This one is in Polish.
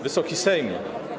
Wysoki Sejmie!